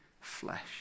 flesh